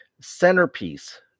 centerpiece